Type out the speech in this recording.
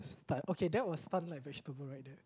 stunned okay that was stunned like vegetable right there